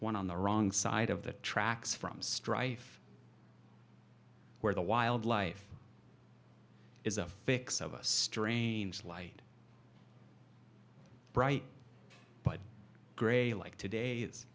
one on the wrong side of the tracks from strife where the wild life is a fix of a strange light bright but gray like today i